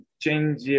change